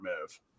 move